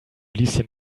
lieschen